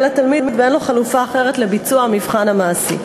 התלמיד ואין לו חלופה אחרת לביצוע המבחן המעשי.